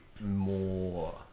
more